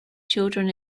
children